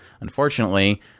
unfortunately